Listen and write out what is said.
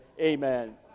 Amen